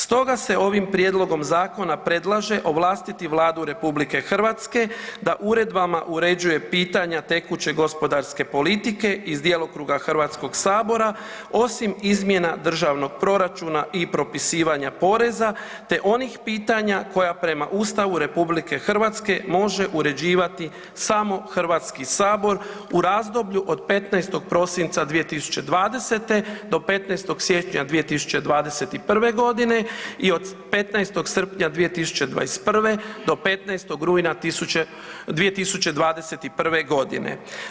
Stoga se ovim prijedlogom zakona predlaže ovlastiti Vladu RH da uredbama uređuje pitanja tekuće gospodarske politike iz djelokruga Hrvatskoga sabora osim izmjena državnog proračuna i propisivanja poreza te onih pitanja koja prema Ustavu RH može uređivati samo Hrvatski sabor u razdoblju od 15. prosinca 2020. do 15. siječnja 2021. godine i od 15. srpnja 2021. do 15. rujna 2021. godine.